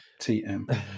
TM